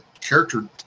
character